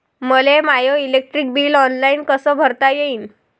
मले my electric bill online कस भरता येईन?